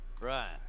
Right